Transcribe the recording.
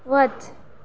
वच